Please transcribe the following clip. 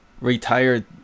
retired